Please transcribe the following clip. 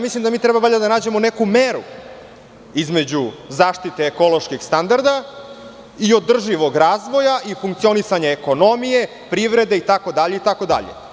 Mislim da mi treba da nađemo neku meru između zaštite ekoloških standarda i održivog razvoja i funkcionisanje ekonomije, privrede itd, itd.